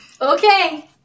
Okay